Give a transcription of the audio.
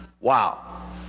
Wow